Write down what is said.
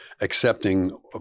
accepting